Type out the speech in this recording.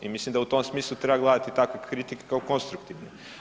I mislim da u tom smislu treba gledati takve kritike kao konstruktivne.